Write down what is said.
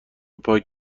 پاک